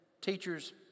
Teachers